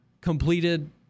completed